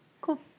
Cool